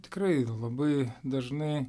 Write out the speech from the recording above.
tikrai labai dažnai